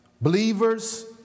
Believers